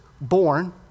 born